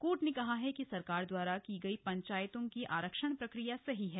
court ने कहा है कि सरकार द्वारा की गयी पंचायतों की आरक्षण प्रक्रिया सही है